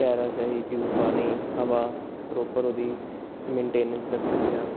ਟਾਇਰਾਂ 'ਚ ਅਸੀਂ ਟਿਊਬ ਪਾਉਣੀ ਹਵਾ ਪਰੋਪਰ ਉਹਦੀ ਮੈਨਟੇਨਸ ਰੱਖਣੀ ਆ